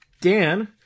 dan